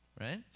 right